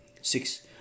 Six